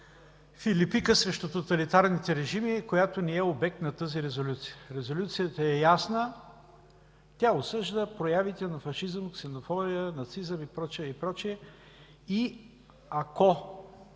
филипика срещу тоталитарните режими, която не е обект на тази Резолюция. Резолюцията е ясна – тя осъжда проявите на фашизъм, ксенофобия, нацизъм и прочее, и